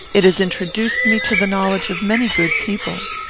it has introduced me to the knowledge of many good people.